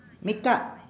makeup